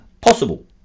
possible